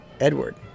Edward